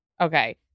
Okay